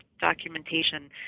documentation